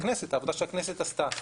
הכנסת,